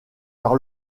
par